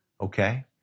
okay